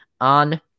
on